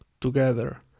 together